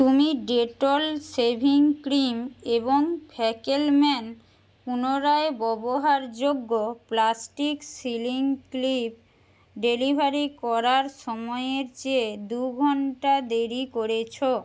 তুমি Dettol shaving cream এবং Fackelmann পুনরায় ব্যবহারযোগ্য প্লাস্টিক সিলিং ক্লিপ ডেলিভারি করার সময়ের চেয়ে দু ঘন্টা দেরি করেছ